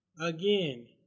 Again